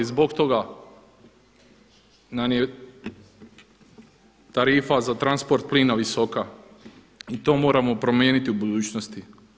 Zbog toga nam je tarifa za transport plina visoka i to moramo promijeniti u budućnosti.